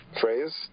phrase